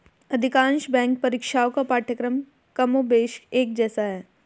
अधिकांश बैंक परीक्षाओं का पाठ्यक्रम कमोबेश एक जैसा है